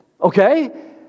okay